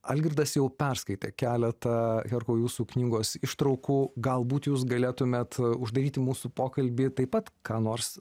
algirdas jau perskaitė keletą herkau jūsų knygos ištraukų galbūt jūs galėtumėt uždaryti mūsų pokalbį taip pat ką nors